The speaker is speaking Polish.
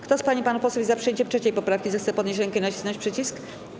Kto z pań i panów posłów jest za przyjęciem 3. poprawki, zechce podnieść rękę i nacisnąć przycisk.